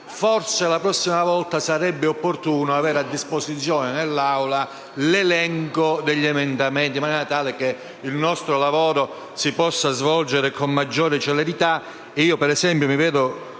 forse la prossima volta sarebbe opportuno avere a disposizione in Aula l'elenco degli emendamenti, in maniera tale che il nostro lavoro si possa svolgere con maggiore celerità.